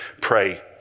pray